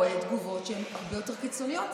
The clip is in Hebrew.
תגובות שהן הרבה יותר קיצוניות,